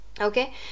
okay